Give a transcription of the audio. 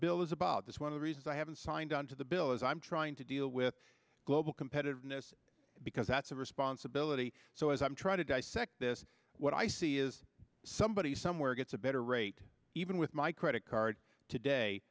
bill is about this one of the reasons i haven't signed on to the bill is i'm trying to deal with global competitiveness because that's a responsibility so as i'm trying to dissect this what i see is somebody somewhere gets a better rate even with my credit card today